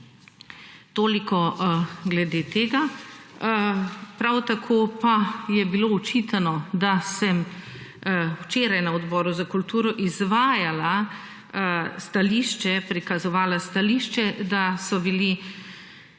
Toliko glede tega. Prav tako pa je bilo čitano, da sem včeraj na Odboru za kulturo izvajala stališče, prikazovala stališče, da so bili,